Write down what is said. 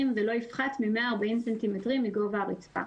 ולא יפחת מ-140 סנטימטרים מגובה הרצפה.